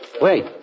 Wait